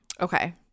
Okay